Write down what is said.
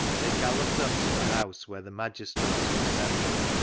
they galloped up to the house where the magistrates were assembled,